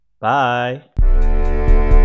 bye